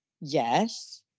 Yes